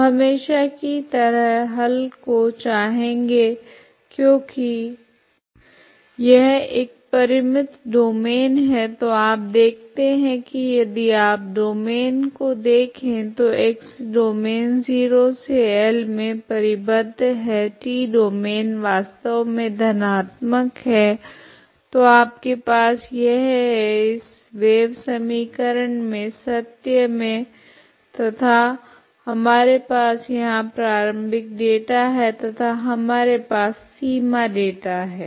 तो हमेशा की तरह हल को चाहेगे क्योकि यह एक परिमित डोमैन है तो आप देखते है की यदि आप डोमैन को देखे तो x डोमैन 0 से L मे परिबद्ध है t डोमैन वास्तव मे धनात्मक है तो आपके पास यह है इस वेव समीकरण मे सत्य मे तथा हमारे पास यहाँ प्रारम्भिक डेटा है तथा हमारे पास सीमा डेटा है